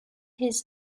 his